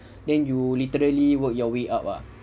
then you literally work your way up ah